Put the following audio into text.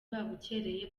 babukereye